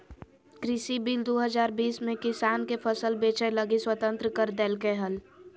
कृषि बिल दू हजार बीस में किसान के फसल बेचय लगी स्वतंत्र कर देल्कैय हल